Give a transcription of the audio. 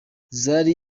zari